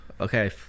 okay